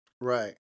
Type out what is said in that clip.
Right